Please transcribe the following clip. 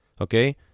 Okay